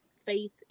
faith